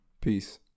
Peace